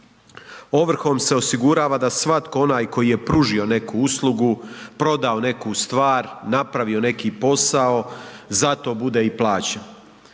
Ovrhom se osigurava da svatko onaj koji je pružio neku uslugu, prodao neku stvar, napravio neki posao za to bude i plaćen.